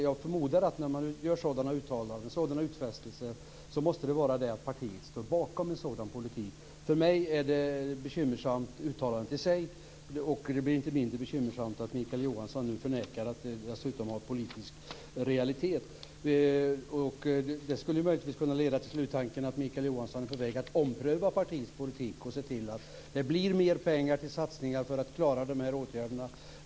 Jag förmodar att när man gör sådana utfästelser måste partiet stå bakom en sådan politik. Uttalandet i sig är bekymmersamt för mig. Det blir inte mindre bekymmersamt att Mikael Johansson förnekar att det har politisk realitet. Det skulle kunna leda till sluttanken att Mikael Johansson är på väg att ompröva partiets politik och se till att det blir mer pengar till satsningar för att klara åtgärderna.